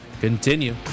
continue